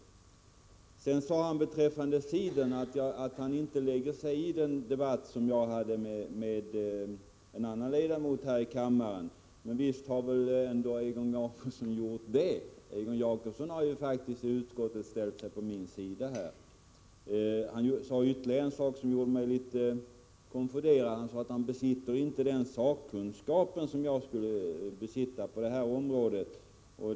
Sedan sade Egon Jacobsson beträffande cidern att han inte lägger sig i den debatt som jag förde med en annan ledamot här i kammaren. Men visst har väl Egon Jacobsson ändå gjort det. Egon Jacobsson har ju faktiskt i utskottet ställt sig på min sida i det här fallet. Egon Jacobsson sade ytterligare en sak som gjorde mig konfunderad. Han sade att han inte besitter den sakkunskap på det här området som jag skulle besitta.